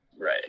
Right